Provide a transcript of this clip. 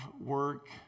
work